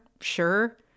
sure